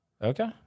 Okay